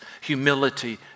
humility